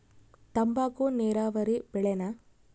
ತಂಬಾಕು ನೇರಾವರಿ ಬೆಳೆನಾ?